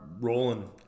rolling